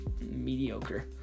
mediocre